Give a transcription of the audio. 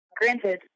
granted